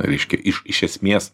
reiškia iš iš esmės